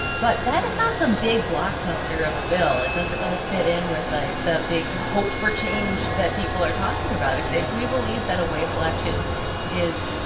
but that is not some big blockbuster blockbuster of a bill. it doesn't really fit in with, like, the big hope for change that people are talking about. if they if we believe that a wave election is,